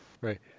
Right